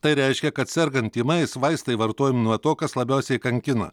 tai reiškia kad sergant tymais vaistai vartojami nuo to kas labiausiai kankina